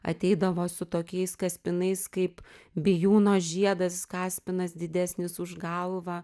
ateidavo su tokiais kaspinais kaip bijūno žiedas kaspinas didesnis už galvą